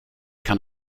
kann